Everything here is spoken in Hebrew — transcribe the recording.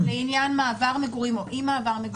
לעניין מעבר מגורים או אי מעבר מגורים.